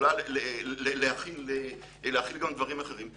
שיכולה להכיל גם דברים אחרים.